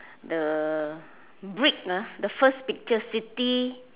the brick ah the first picture city